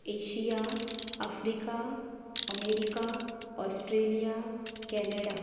Asia Africa America Australia Canada